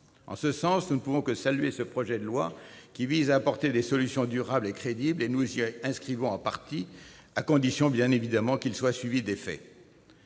En ce sens, nous ne pouvons que saluer ce projet de loi, qui vise à apporter des solutions durables et crédibles. Nous y souscrivons en partie, à condition qu'il soit suivi d'effet.